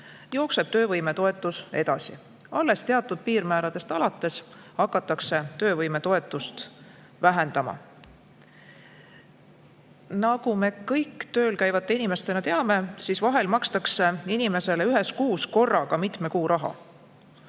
jookseb töövõimetoetus edasi. Alles teatud piirmääradest alates hakatakse töövõimetoetust vähendama. Nagu me kõik tööl käivate inimestena teame, vahel makstakse inimesele ühes kuus korraga mitme kuu raha,